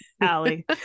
Allie